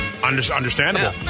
Understandable